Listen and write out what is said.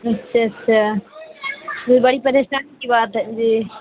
اچھا اچھا یہ بڑی پریشانی کی بات ہے جی